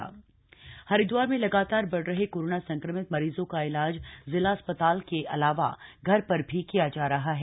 home isolation Haridwar Haridwar में लगातार बढ़ रहे कोरोना संक्रमित मरीजों का इलाज जिला अस्पताल के अलावा घर पर भी किया जा रहा है